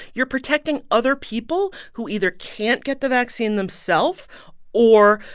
you're protecting other people who either can't get the vaccine themself or,